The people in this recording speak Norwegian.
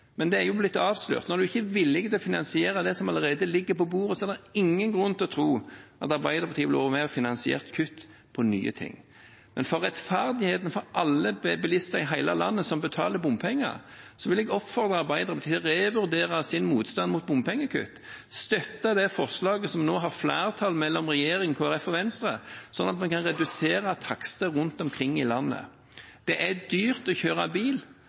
Men de er blitt avslørt. Når de ikke er villig til å finansiere det som allerede ligger på bordet, er det ingen grunn til å tro at Arbeiderpartiet ville vært med og finansiert nye kutt. Men for rettferdigheten til alle bilister i hele landet som betaler bompenger, vil jeg oppfordre Arbeiderpartiet til å revurdere sin motstand mot bompengekutt og støtte det forslaget som det nå er flertall for mellom regjeringen, Kristelig Folkeparti og Venstre, slik at en kan redusere takstene rundt omkring i landet. Det er dyrt å kjøre bil.